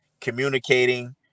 communicating